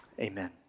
Amen